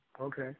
okay